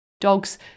Dogs